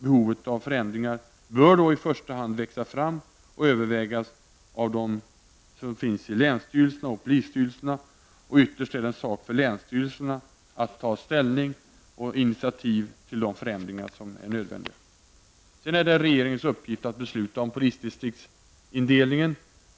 Behovet av förändringar bör i första hand övervägas av länsstyrelserna och polisstyrelserna, och ytterst är det en sak för länsstyrelserna att ta ställning och initiativ till de förändringar som är nödvändiga. Det är sedan regeringens uppgift att besluta om polisdistriktsindelningen.